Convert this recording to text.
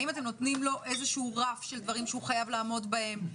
האם אתם נותנים לו רף של דברים שהוא חייב לעמוד בהם?